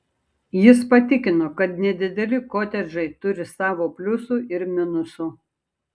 jis patikino kad nedideli kotedžai turi savo pliusų ir minusų